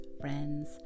friends